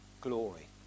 glory